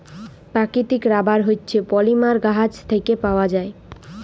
পাকিতিক রাবার হছে পলিমার গাহাচ থ্যাইকে পাউয়া যায়